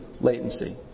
latency